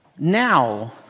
now,